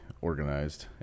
organized